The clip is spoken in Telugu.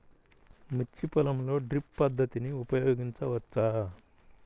మిర్చి పొలంలో డ్రిప్ పద్ధతిని ఉపయోగించవచ్చా?